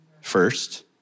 first